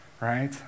right